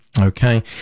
okay